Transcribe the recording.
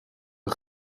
een